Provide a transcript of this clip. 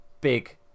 big